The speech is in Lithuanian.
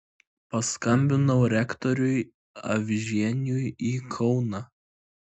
paskambinau rektoriui avižieniui į kauną